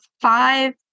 five